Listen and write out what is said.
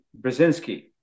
Brzezinski